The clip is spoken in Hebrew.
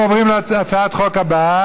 אנחנו עוברים להצעת החוק הבאה,